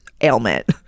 ailment